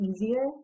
easier